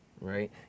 right